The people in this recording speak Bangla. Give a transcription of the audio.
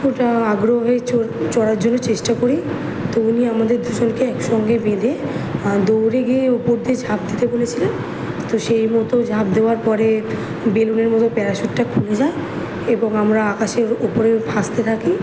ওটা আগ্রহে চড়ার জন্য চেষ্টা করি তো উনি আমাদের দুজনকে এক সঙ্গে বেঁধে দৌড়ে গিয়েই উপর দিয়ে ঝাঁপ দিতে বলেছিলেন তো সেই মতো ঝাঁপ দেওয়ার পরে বেলুনের মতো প্যারাসুটটা খুলে যায় এবং আমরা আকাশের উপরে ভাসতে থাকি